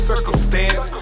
circumstance